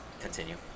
Continue